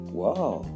wow